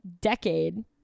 decade